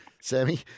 Sammy